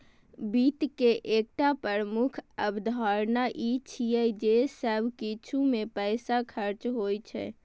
वित्त के एकटा प्रमुख अवधारणा ई छियै जे सब किछु मे पैसा खर्च होइ छै